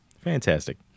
Fantastic